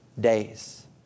days